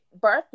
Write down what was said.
birth